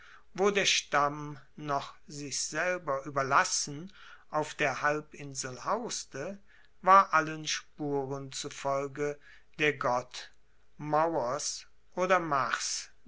wo der stamm noch sich selber ueberlassen auf der halbinsel hauste war allen spuren zufolge der gott maurs oder mars